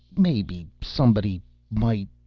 maybe somebody might,